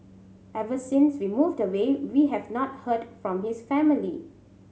ever since we moved away we have not heard from his family